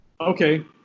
Okay